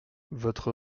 votre